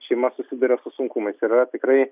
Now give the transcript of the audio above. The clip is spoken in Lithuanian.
šeima susiduria su sunkumais yra tikrai